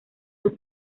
sus